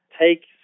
take